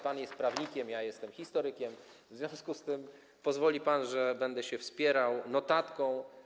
Pan jest prawnikiem, ja jestem historykiem, w związku z tym pozwoli pan, że będę się wspierał notatką.